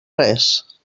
res